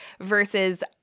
versus